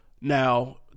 Now